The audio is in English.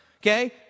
okay